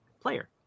player